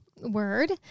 word